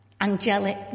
angelic